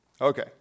Okay